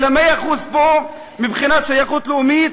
אלא מאה אחוז פה מבחינת שייכות לאומית